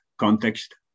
context